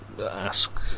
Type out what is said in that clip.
ask